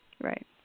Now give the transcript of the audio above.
Right